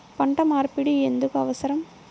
పంట మార్పిడి ఎందుకు అవసరం?